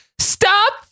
Stop